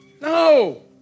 No